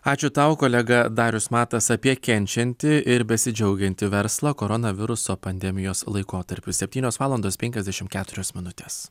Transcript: ačiū tau kolega darius matas apie kenčiantį ir besidžiaugiantį verslą koronaviruso pandemijos laikotarpiu septynios valandos penkiasdešimt keturios minutės